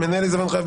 "מנהל עיזבון חייב,